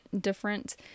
different